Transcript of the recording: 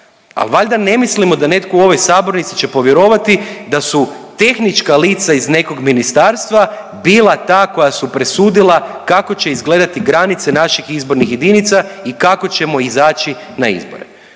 valjda ne mislimo da netko u ovoj sabornici će povjerovati da su tehnička lica iz nekog ministarstva bila ta koja su presudila kako će izgledati granice naših izbornih jedinica i kako ćemo izaći na izbore.